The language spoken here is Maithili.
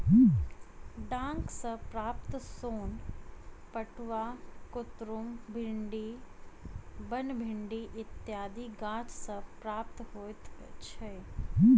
डांट सॅ प्राप्त सोन पटुआ, कुतरुम, भिंडी, बनभिंडी इत्यादि गाछ सॅ प्राप्त होइत छै